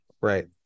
Right